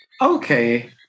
Okay